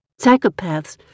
Psychopaths